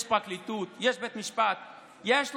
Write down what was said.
יש פרקליטות,